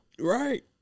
Right